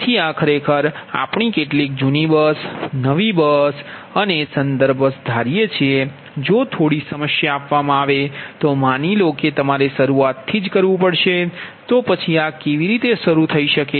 તેથી આ ખરેખર આપણી કેટલીક જૂની બસ નવી બસ અને સંદર્ભ બસ ધારીએ છીએ જો થોડી સમસ્યા આપવામાં આવે તો માની લો કે તમારે શરૂઆતથી જ શરૂ કરવું પડશે તો પછી આ કેવી રીતે શરૂ થઈ શકે